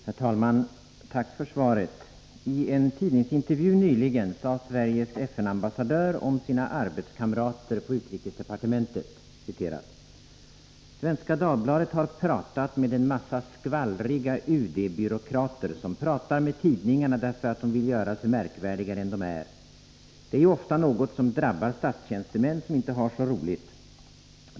Herr talman! Tack för svaret. I en tidningsintervju nyligen sade Sveriges FN-ambassadör om sina arbetskamrater på utrikesdepartementet: ”SvD har pratat med en massa skvallriga UD-byråkrater som pratar med tidningarna därför att de vill göra sig märkvärdigare än de är. Det är ju ofta något som drabbar statstjänstemän som inte har så roligt.